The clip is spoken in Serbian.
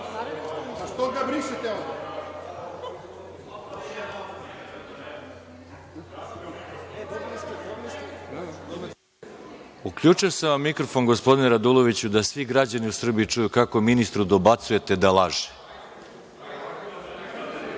Arsić** Uključio sam vam mikrofon, gospodine Raduloviću, da svi građani u Srbiji čuju kako ministru dobacujete da laže.